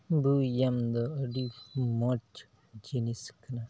ᱵᱮᱭᱟᱢ ᱫᱚ ᱟᱹᱰᱤ ᱢᱚᱡᱽ ᱡᱤᱱᱤᱥ ᱠᱟᱱᱟ